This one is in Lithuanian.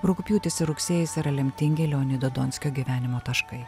rugpjūtis ir rugsėjis yra lemtingi leonido donskio gyvenimo taškai